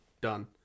done